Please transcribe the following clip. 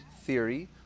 theory